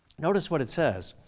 notice what it says,